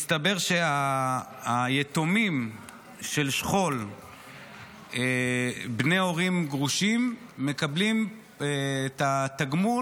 מסתבר שיתומים של שכול בני הורים גרושים מקבלים תגמול